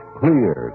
clear